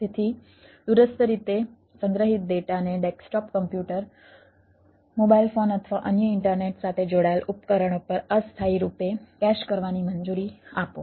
તેથી દૂરસ્થ રીતે સંગ્રહિત ડેટાને ડેસ્કટોપ કોમ્પ્યુટર મોબાઈલ ફોન અથવા અન્ય ઈન્ટરનેટ સાથે જોડાયેલા ઉપકરણ પર અસ્થાયી રૂપે કેશ કરવાની મંજૂરી આપો